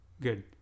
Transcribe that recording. good